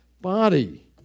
body